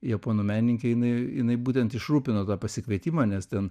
japonų menininkė jinai jinai būtent išrūpino tą pasikvietimą nes ten